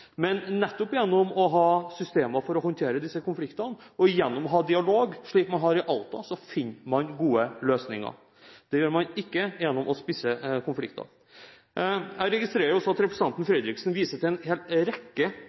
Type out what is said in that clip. Men nettopp gjennom å ha systemer for å håndtere disse konfliktene og gjennom å ha dialog, slik man har i Alta, finner man gode løsninger. Det gjør man ikke gjennom å spisse konflikter. Jeg registrerer også at representanten Fredriksen viser til en hel rekke